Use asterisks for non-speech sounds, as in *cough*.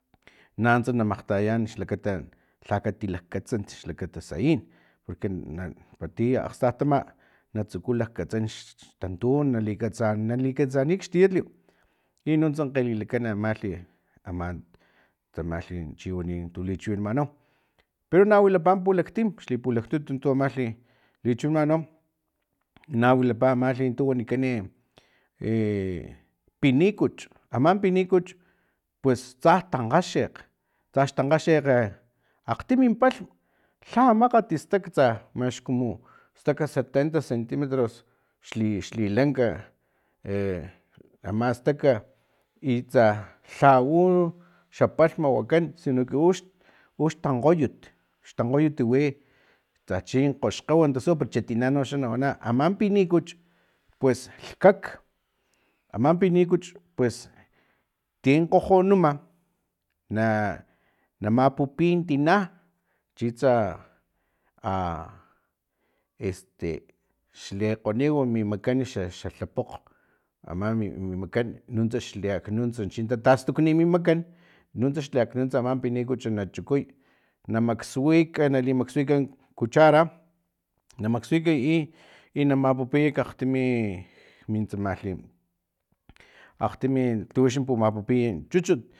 Nanuntsa na makgtayayan xlakata lhakati lakgkatsant xlakata sayin porque na ti akgstatama natsuku lakatsan xtantun nali katsani xtietliw i nuntsa kgelilakan amalhi ama tsamalhi chiwani tu lichiwimanau pero na wilapa pulakgtim xli pulaktut amalhi lichiwinamanau na wilapa amalhi tu wanikan e e pinikuch ama pinikuch pues tsa tankgasekg tsa xtankgasekg akgtimi palhm lha makgati stak tsa max kumu stak setenta centimetros xli xli lanka e ama stak i tsa lhau xa palhma wakan sino que ux taknkgoyut xtankgoyut wi tsachi kgoxkgew tasu pero xa tina noxa na wana aman pinikuchu pues lhkak ama pinikuchu pues tin kgojonuma na namapupi tina chitsa a este xle kgoniw mi makan xa xalhapokg ama mi makan nintsa xli aknunts chin tastukni mi makan nuntsa xli aknunts ama pinikuchu na chukuy na maksuik nali maksuika cuchara na maksuik *hesitation* i na mapupiy kakgtimi min tsamalhi akgtimi tuxa pumapupuya chuchut